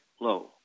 low